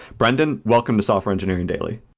brendan, welcome to software engineering daily.